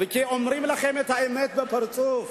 כי אומרים לכם את האמת בפרצוף,